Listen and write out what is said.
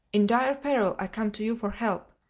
in dire peril i come to you for help.